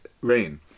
rain